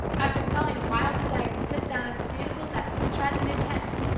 after quelling a wild desire to sit down at the beautiful desk and try the new pens,